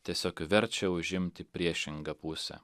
tiesiog verčia užimti priešingą pusę